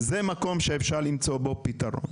זה מקום שאפשר למצוא בו פתרון.